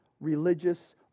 religious